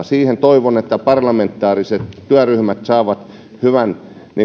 siihen toivon että parlamentaariset työryhmät saavat hyvän